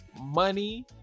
money